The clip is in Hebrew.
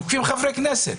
תוקפים חברי כנסת.